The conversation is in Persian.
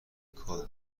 کال